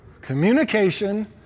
Communication